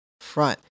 front